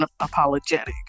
unapologetic